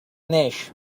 naix